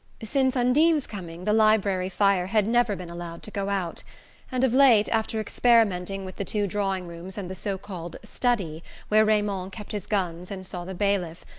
since undine's coming the library fire had never been allowed to go out and of late, after experimenting with the two drawing-rooms and the so-called study where raymond kept his guns and saw the bailiff,